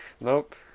Nope